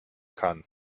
kann